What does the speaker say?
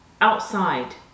outside